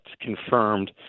confirmed